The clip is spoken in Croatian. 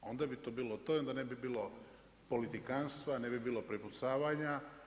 Onda bi to bilo to i onda ne bi bilo politikantstva, ne bi bilo prepucavanja.